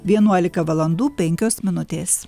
vienuolika valandų penkios minutės